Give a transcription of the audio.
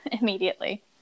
immediately